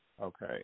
Okay